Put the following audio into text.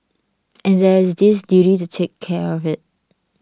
and there is this duty to take care of it